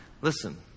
Listen